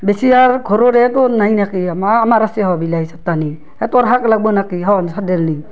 বেছি আৰ ঘৰৰেতো নাই না কি আমাৰ আমাৰ আছে স বিলাহী চাইট্টা নি তোৰ শাক লাগবো না কি স চাইড্ডেল নি